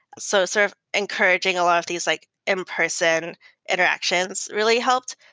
so sort of encouraging a lot of these like in-person interactions really helped.